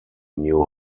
new